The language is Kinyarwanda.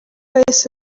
yahise